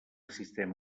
sistema